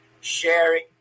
sharing